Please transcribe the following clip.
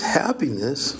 happiness